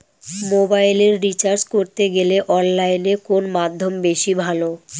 মোবাইলের রিচার্জ করতে গেলে অনলাইনে কোন মাধ্যম বেশি ভালো?